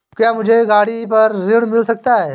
क्या मुझे गाड़ी पर ऋण मिल सकता है?